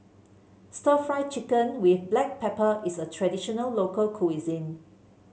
stir Fry Chicken with Black Pepper is a traditional local cuisine